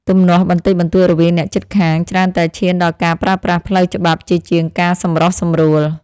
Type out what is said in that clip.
ទំនាស់បន្តិចបន្តួចរវាងអ្នកជិតខាងច្រើនតែឈានដល់ការប្រើប្រាស់ផ្លូវច្បាប់ជាជាងការសម្រុះសម្រួល។